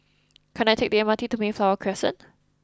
can I take the M R T to Mayflower Crescent